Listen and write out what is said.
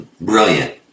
Brilliant